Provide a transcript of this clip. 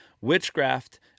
witchcraft